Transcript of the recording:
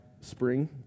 spring